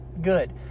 good